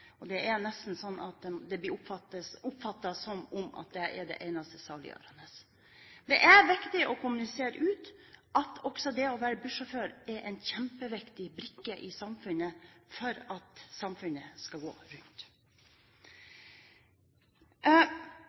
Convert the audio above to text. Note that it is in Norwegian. og det er nesten sånn at det blir oppfattet som om det er det eneste saliggjørende. Det er viktig å kommunisere ut at også det å være bussjåfør er en kjempeviktig brikke i samfunnet for at samfunnet skal gå rundt.